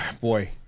boy